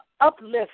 uplift